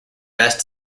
best